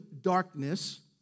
darkness